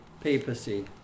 papacy